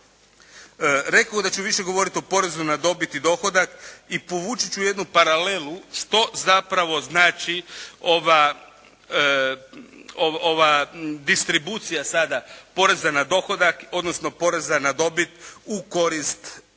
Rekoh da ću više govoriti o porezu na dobit I dohodak I povući ću jednu paralelu što zapravo znači ova distribucija poreza na dohodak odnosno